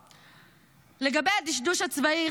לגבי הדשדוש הצבאי,